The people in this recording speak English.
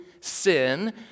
sin